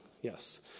Yes